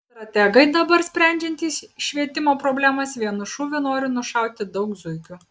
strategai dabar sprendžiantys švietimo problemas vienu šūviu nori nušauti daug zuikių